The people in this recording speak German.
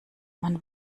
man